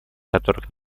которых